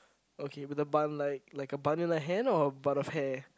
okay but the bun like like a bun in her hand or a bun of hair